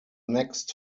next